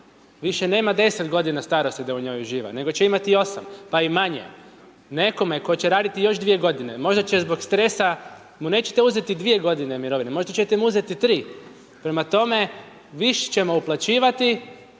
više nema 10 g. starosti da u njoj uživa nego će imati 8 pa i manje. Nekome tko će raditi još 2 g., možda zbog stresa mu nećete uzeti 2 g. mirovine, možda ćete mu uzeti 3. Prema tome, više ćemo uplaćivati